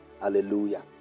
Hallelujah